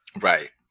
Right